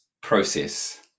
process